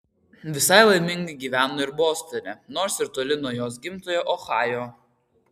visai laimingai gyveno ir bostone nors ir toli nuo jos gimtojo ohajo